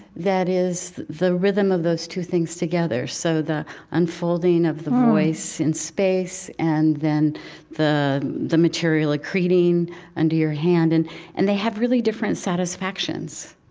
that is the rhythm of those two things together. so the unfolding of the voice in space, and then the the material accreting under your hand, and and they have really different satisfactions.